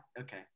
Okay